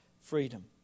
freedom